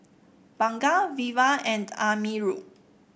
Bunga Wira and Amirul